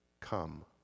come